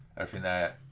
everything there,